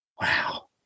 Wow